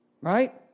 Right